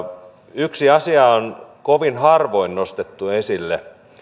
yksi asia on kovin harvoin nostettu esille